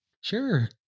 Sure